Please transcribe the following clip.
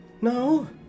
No